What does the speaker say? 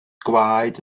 gwaed